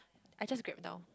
I just grab down